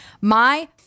my-